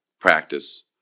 practice